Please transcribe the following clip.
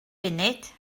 funud